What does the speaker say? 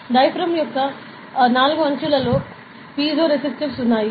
diaphragm యొక్క నాలుగు అంచులలో పైజోరేసిస్టివ్స్ ఉన్నాయి